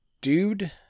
dude